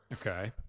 Okay